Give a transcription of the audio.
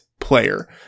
player